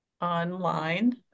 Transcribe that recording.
online